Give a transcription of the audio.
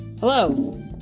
Hello